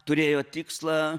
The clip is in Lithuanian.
turėjo tikslą